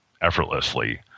effortlessly